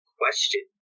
question